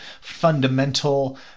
fundamental